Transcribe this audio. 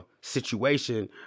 situation